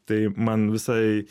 tai man visai